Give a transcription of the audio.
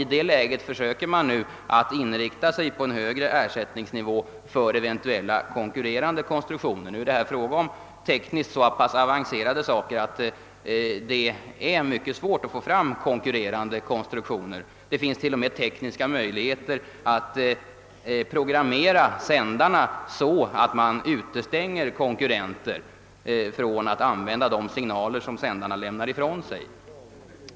I detta läge inriktar man sig nu på att försöka få en högre ersättningsnivå för eventuella konkurrerande produkter. Nu är det fråga om tekniskt så pass avancerade apparater, att det är svårt att få fram konkurrerande konstruktioner. Det finns t.o.m. tekniska möjligheter att programmera sändarna så, att konkurrenter utestängs från att använda de signaler som sändarna lämnar ifrån sig.